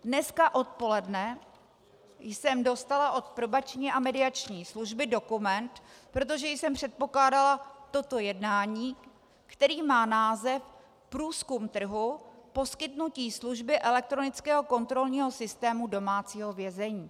Dneska odpoledne jsem dostala od Probační a mediační služby dokument, protože jsem předpokládala toto jednání, který má název Průzkum trhu, poskytnutí služby elektronického kontrolního systému domácího vězení.